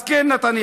אז כן, נתניהו,